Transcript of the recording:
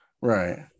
Right